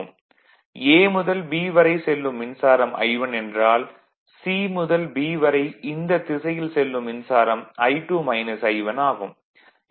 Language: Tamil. A முதல் B வரை செல்லும் மின்சாரம் I1 என்றால் C முதல் B வரை இந்தத் திசையில் செல்லும் மின்சாரம் ஆகும்